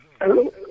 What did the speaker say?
Hello